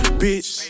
bitch